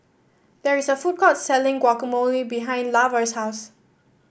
there is a food court selling Guacamole behind Lavar's house